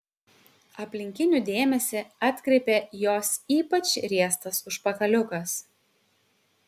aplinkinių dėmesį atkreipė jos ypač riestas užpakaliukas